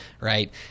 right